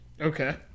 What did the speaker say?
Okay